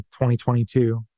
2022